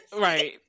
Right